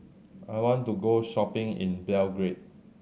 I want to go shopping in Belgrade